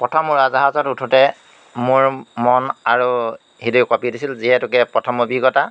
প্ৰথম উৰাজাহাজত উঠোঁতে মোৰ মন আৰু হৃদয় কঁপি দিছিল যিহেতুকে প্ৰথম অভিজ্ঞতা